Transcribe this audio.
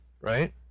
right